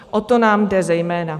O to nám jde zejména.